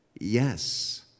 yes